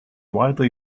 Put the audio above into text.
widely